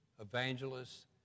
evangelists